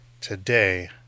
Today